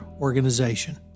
organization